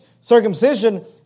circumcision